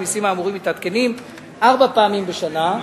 המסים האמורים מתעדכנים ארבע פעמים בשנה,